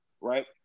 right